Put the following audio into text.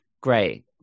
Great